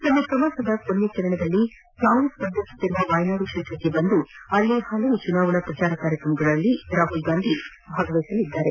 ತಮ್ನ ಪ್ರವಾಸದ ಕೊನೆಯ ಹಂತದಲ್ಲಿ ತಾವು ಸ್ಪರ್ಧಿಸುತ್ತಿರುವ ವಯನಾಡು ಕ್ಷೇತ್ರಕ್ಕೆ ಆಗಮಿಸಿ ಅಲ್ಲಿ ಹಲವು ರೀತಿಯ ಚುನಾವಣಾ ಪ್ರಚಾರ ಕಾರ್ಯಕ್ರಮಗಳಲ್ಲಿ ರಾಹುಲ್ಗಾಂಧಿ ಭಾಗವಹಿಸಲಿದ್ದಾರೆ